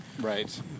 Right